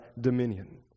dominion